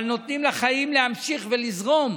אבל נותנים לחיים להמשיך לזרום